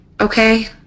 okay